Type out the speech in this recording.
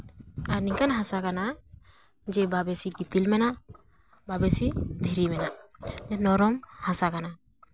ᱱᱤᱝᱠᱟᱱ ᱦᱟᱥᱟ ᱢᱮᱱᱟᱜ ᱡᱮ ᱵᱟ ᱵᱮᱥᱤ ᱜᱤᱛᱤᱞ ᱢᱮᱱᱟᱜ ᱵᱟ ᱵᱮᱥᱤ ᱫᱷᱤᱨᱤ ᱢᱮᱱᱟᱜ ᱱᱚᱨᱚᱢ ᱦᱟᱥᱟ ᱠᱟᱱᱟ